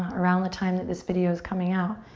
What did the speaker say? around the time that this video's coming out,